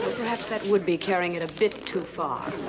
perhaps that would be carrying it a bit too far.